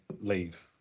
leave